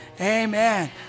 amen